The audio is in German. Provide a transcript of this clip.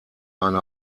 eine